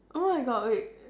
oh my god wait